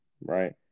right